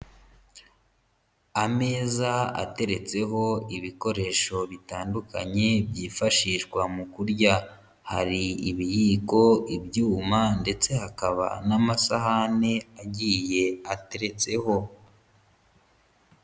Ameza ateretseho ibikoresho bitandukanye byifashishwa mu kurya, hari ibiyiko, ibyuma ndetse hakaba n'amasahani agiye ateretseho.